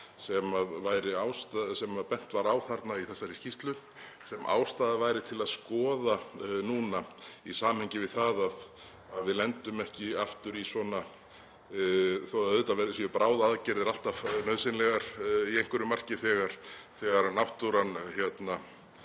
sem bent var á í þessari skýrslu sem ástæða væri til að skoða núna í samhengi við það að við lendum ekki aftur í svona, þótt auðvitað séu bráðaaðgerðir alltaf nauðsynlegar að einhverju marki þegar náttúrunni